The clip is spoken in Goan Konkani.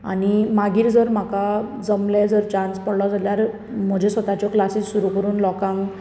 आनी मागीर जर म्हाका जमले जर चान्स पडलो जाल्यार म्हज्यो स्वताच्यो क्लासीज सुरू करून लोकांक